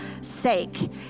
sake